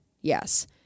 Yes